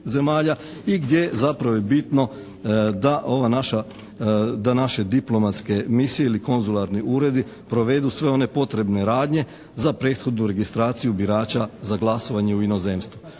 i gdje zapravo je bitno da ova naša, da naše diplomatske misije ili konzularni uredi provedu sve one potrebne radnje za prethodnu registraciju birača za glasovanje u inozemstvu.